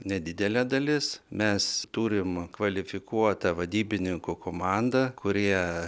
nedidelė dalis mes turim kvalifikuotą vadybininkų komandą kurie